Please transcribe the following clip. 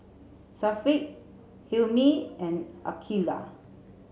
Syafiq Hilmi and Aqilah